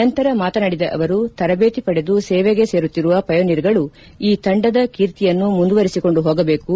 ನಂತರ ಮಾತನಾಡಿದ ಅವರು ತರಬೇತಿ ಪಡೆದು ಸೇವೆಗೆ ಸೇರುತ್ತಿರುವ ಪಯೊನೀರ್ಗಳು ಈ ತಂಡದ ಕೀರ್ತಿಯನ್ನು ಮುಂದುವರೆಸಿಕೊಂಡು ಹೋಗಬೇಕು